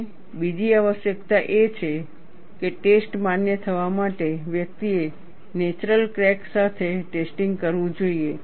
અને બીજી આવશ્યકતા એ છે કે ટેસ્ટ માન્ય થવા માટે વ્યક્તિએ નેચરલ ક્રેક સાથે ટેસ્ટિંગ કરવું જોઈએ